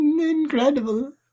incredible